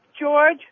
George